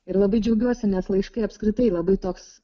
ir labai džiaugiuosi nes laiškai apskritai labai toks